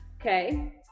Okay